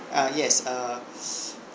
uh yes uh